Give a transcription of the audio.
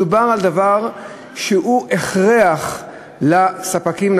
מדובר על דבר שהוא הכרחי לספקים,